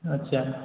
आथसा